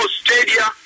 stadia